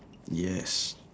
yes